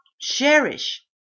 cherish